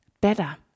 better